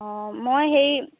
অ মই হেৰি